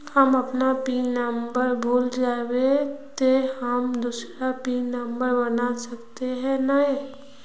हम अपन PIN number भूल जयबे ते हम दूसरा पिन नंबर बना सके है नय?